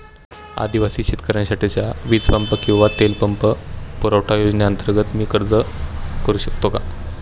आदिवासी शेतकऱ्यांसाठीच्या वीज पंप किंवा तेल पंप पुरवठा योजनेअंतर्गत मी अर्ज करू शकतो का?